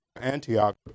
Antioch